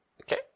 Okay